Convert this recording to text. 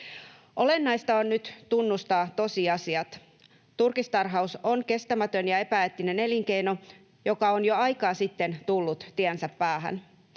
Olennaista on nyt tunnustaa tosiasiat. Turkistarhaus on kestämätön ja epäeettinen elinkeino, joka on jo aikaa sitten tullut tiensä päähän.